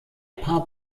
paar